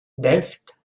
delft